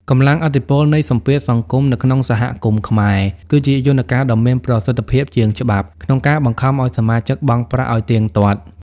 កម្លាំងឥទ្ធិពលនៃ "សម្ពាធសង្គម" នៅក្នុងសហគមន៍ខ្មែរ គឺជាយន្តការដ៏មានប្រសិទ្ធភាពជាងច្បាប់ ក្នុងការបង្ខំឱ្យសមាជិកបង់ប្រាក់ឱ្យទៀងទាត់។